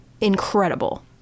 incredible